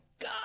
God